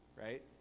Right